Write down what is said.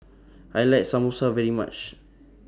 I like Samosa very much